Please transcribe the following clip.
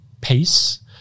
pace